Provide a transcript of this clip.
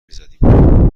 میزدیم